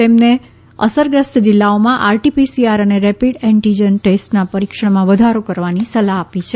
તેમને અસરગ્રસ્ત જિલ્લાઓમાં આરટી પીસીઆર અને રેપિડ એન્ટિજન ટેસ્ટના પરીક્ષણમાં વધારો કરવાની સલાહ આપી છે